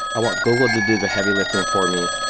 i want google to do the heavy lifting for me,